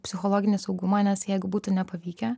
psichologinį saugumą nes jeigu būtų nepavykę